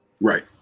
Right